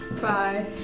Bye